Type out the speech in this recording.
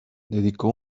dedicó